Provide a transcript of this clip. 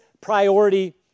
priority